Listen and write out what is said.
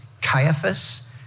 Caiaphas